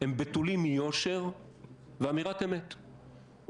אני פונה ליותר ממיליון מובטלים ואומר להם כאן בצורה הכי ברורה,